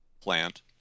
plant